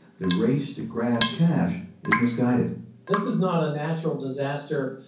the race to grab cash is misguided this is not a natural disaster,